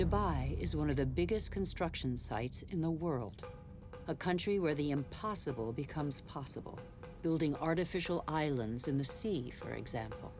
dubai is one of the biggest construction sites in the world a country where the impossible becomes possible building artificial islands in the sea for example